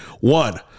one